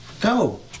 go